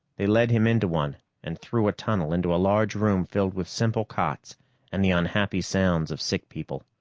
they led him into one and through a tunnel into a large room filled with simple cots and the unhappy sounds of sick people.